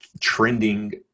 trending